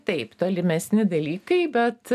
taip tolimesni dalykai bet